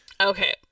Okay